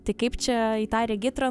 tai kaip čia į tą regitrą